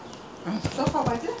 you people ah are useless ah